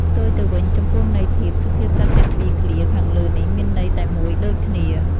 ផ្ទុយទៅវិញ ចំពោះន័យធៀប សុភាសិតទាំងពីរឃ្លាខាងលើនេះ មានន័យតែមួយដូចគ្នា ។